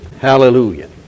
Hallelujah